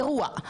אירוע.